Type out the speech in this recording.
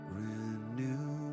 renew